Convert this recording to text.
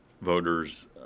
voters